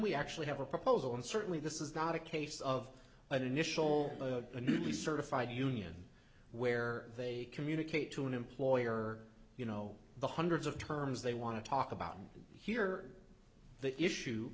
we actually have a proposal and certainly this is not a case of an initial a newly certified union where they communicate to an employer you know the hundreds of terms they want to talk about here the issue